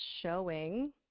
showing